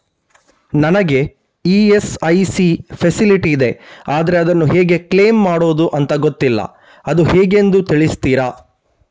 ನನಗೆ ESIC facility ಇದೆ ಆದ್ರೆ ಅದನ್ನು ಹೇಗೆ ಕ್ಲೇಮ್ ಮಾಡೋದು ಅಂತ ಗೊತ್ತಿಲ್ಲ ಅದು ಹೇಗೆಂದು ತಿಳಿಸ್ತೀರಾ?